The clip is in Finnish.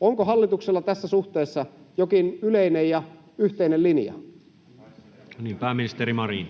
Onko hallituksella tässä suhteessa jokin yleinen ja yhteinen linja? Pääministeri Marin.